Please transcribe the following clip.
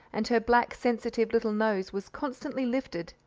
and her black sensitive little nose was constantly lifted,